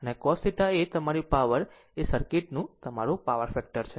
અને cos θ એ તમારી પાવર એ સર્કિટનું તમારું પાવર ફેક્ટર છે